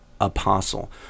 apostle